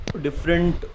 different